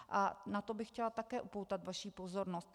A na to bych chtěla také upoutat vaši pozornost.